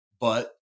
But-